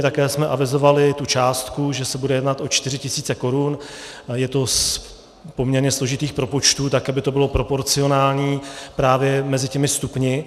Také jsme avizovali tu částku, že se bude jednat o 4 tisíce korun, a je to z poměrně složitých propočtů tak, aby to bylo proporcionální právě mezi těmi stupni.